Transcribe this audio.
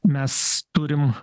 mes turim